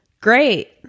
great